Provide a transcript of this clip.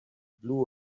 blew